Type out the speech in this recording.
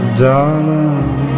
darling